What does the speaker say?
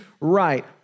right